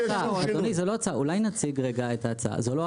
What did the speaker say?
אדוני, זאת לא ההצעה.